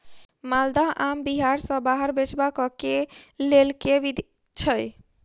माल्दह आम बिहार सऽ बाहर बेचबाक केँ लेल केँ विधि छैय?